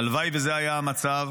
הלוואי שזה היה המצב.